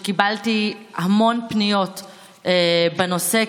שקיבלתי המון פניות בנושא,